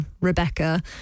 Rebecca